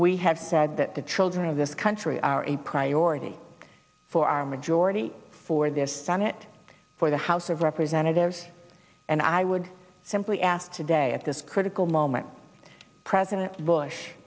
we have said that the children of this country are a priority for our majority for this senate for the house of representatives and i would simply ask today at this critical moment president bush